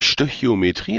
stöchiometrie